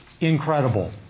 incredible